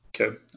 Okay